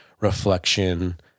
reflection